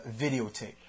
videotape